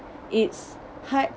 it's hard